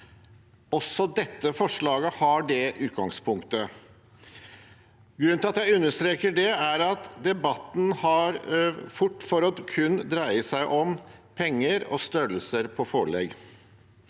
Også dette forslaget har det utgangspunktet. Grunnen til at jeg understreker det, er at debatten har lett for kun å dreie seg om penger og størrelser på forelegg.